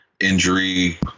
Injury